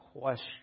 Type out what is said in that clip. question